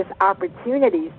Opportunities